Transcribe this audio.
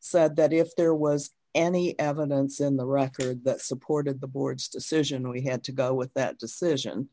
said that if there was any evidence in the record that supported the board's decision we had to go with that decision